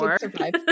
survive